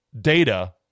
data